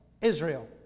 Israel